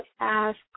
ask